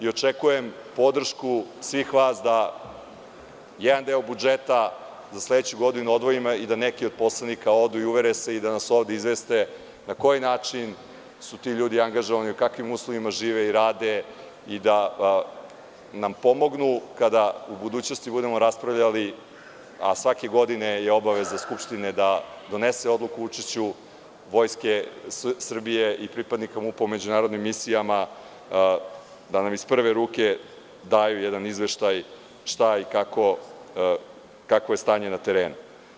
Očekujem podršku svih vas da jedan deo budžeta za sledeću godinu odvojimo i da neki od poslanika odu i uvere se i da nas ovde izveste na koji način su ti ljudi angažovani, u kakvim uslovima žive i rade i da nam pomognu kada u budućnosti budemo raspravljali, a svake godine je obaveza Skupštine da donese odluku o učešću Vojske Srbije i pripadnika MUP-a u međunarodnim misijama, da nam iz prve ruku daju jedan izveštaj, šta i kakvo je stanje na terenu.